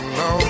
no